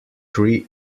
three